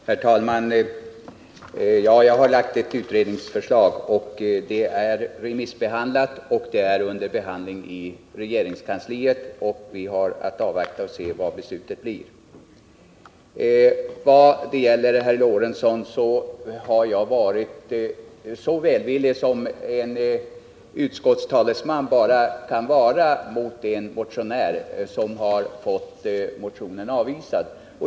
Herr talman! Jag har lagt fram ett utredningsförslag. Det har remissbehandlats och är nu under behandling i regeringskansliet. Vi har att avvakta och se vad beslutet blir. När det gäller herr Lorentzon har jag varit så välvillig som en utskottstalesman bara kan vara mot en motionär som har fått motionen avvisad.